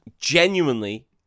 genuinely